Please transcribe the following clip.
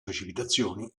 precipitazioni